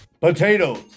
Potatoes